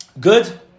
Good